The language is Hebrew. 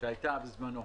שהייתה בזמנו.